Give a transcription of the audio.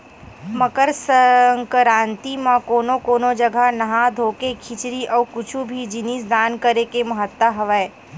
मकर संकरांति म कोनो कोनो जघा नहा धोके खिचरी अउ कुछु भी जिनिस दान करे के महत्ता हवय